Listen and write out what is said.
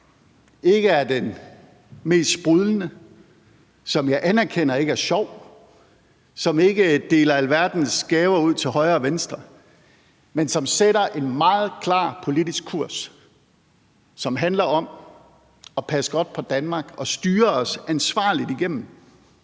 ikke er det mest sprudlende, som jeg anerkender ikke er sjovt, som ikke deler alverdens gaver ud til højre og venstre, men som sætter en meget klar politisk kurs, som handler om at passe godt på Danmark og styre os ansvarligt igennem.